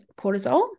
cortisol